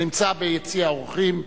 הנמצא ביציע האורחים,